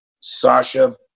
Sasha